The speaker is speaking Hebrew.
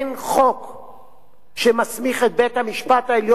שמסמיך את בית-המשפט העליון במפורש לעשות את זה,